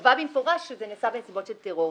קבע במפורש שזה נעשה בנסיבות של טרור,